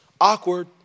Awkward